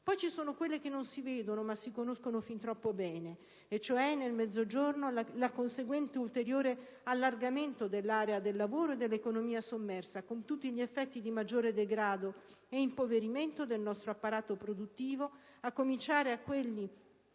Poi ci sono quelle che non si vedono, ma si conoscono fin troppo bene, e cioè, nel Mezzogiorno, il conseguente, ulteriore allargamento dell'area del lavoro e dell'economia sommersa, con tutti gli effetti di maggiore degrado e impoverimento del nostro apparato produttivo, a cominciare da quelli